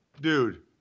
Dude